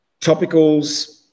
Topicals